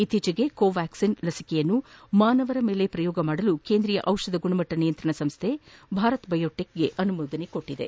ಇತ್ತೀಚೆಗೆ ಕೋವ್ಯಾಕ್ಷಿನ್ ಲಸಿಕೆಯನ್ನು ಮಾನವರ ಮೇಲೆ ಶ್ರಯೋಗಿಸಲು ಕೇಂದ್ರೀಯ ಔಷಧ ಗುಣಮಟ್ಟ ನಿಯಂತ್ರಣ ಸಂಸ್ಥೆ ಭಾರತ್ ಬಯೋಟೆಕ್ಗೆ ಅನುಮತಿ ನೀಡಿದೆ